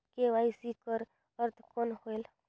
KYC कर अर्थ कौन होएल?